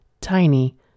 tiny